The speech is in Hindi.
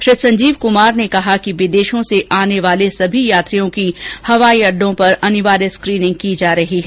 श्री संजीव कुमार ने कहा कि विदेशों से आने वाले सभी यात्रियों की हवाई अड्डों पर अनिवार्य स्क्रीनिंग की जा रही है